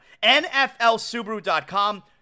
nflsubaru.com